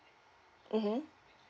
mmhmm